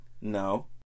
No